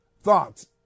thoughts